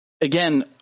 Again